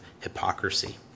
hypocrisy